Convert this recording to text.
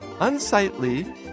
unsightly